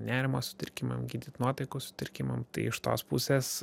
nerimo sutrikimam gydyt nuotaikos sutrikimam tai iš tos pusės